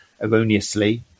erroneously